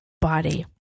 body